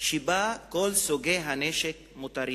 שבה כל סוגי הנשק מותרים.